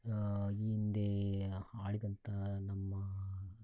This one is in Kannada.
ಈ ಹಿಂದೆ ಆಳಿದಂಥ ನಮ್ಮ